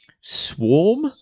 Swarm